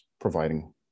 providing